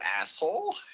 asshole